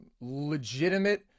legitimate